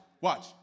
watch